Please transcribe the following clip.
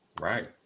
Right